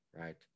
right